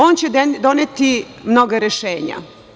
On će doneti mnoga rešenja.